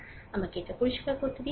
সুতরাং আমাকে এটি পরিষ্কার করুন